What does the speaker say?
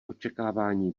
očekávání